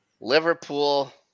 Liverpool